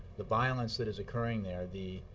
the violence that is occurring there, the